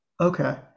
okay